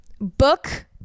book